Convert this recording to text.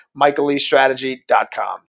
michaelestrategy.com